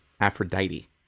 Aphrodite